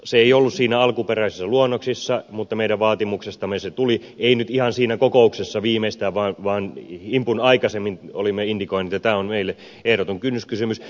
se ei ollut siinä alkuperäisessä luonnoksessa mutta meidän vaatimuksestamme se tuli ei nyt ihan siinä kokouksessa vaan himpun aikaisemmin olimme indikoineet että tämä on meille ehdoton kynnyskysymys